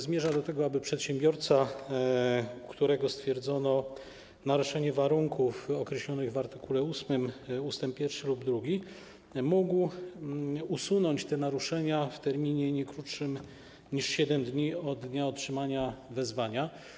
Zmierza się do tego, aby przedsiębiorca, u którego stwierdzono naruszenia warunków określonych w art. 8 ust. 1 lub 2, mógł usunąć te naruszenia w terminie nie krótszym niż 7 dni od dnia otrzymania wezwania.